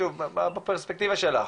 בפרספקטיבה שלך?